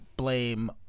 blame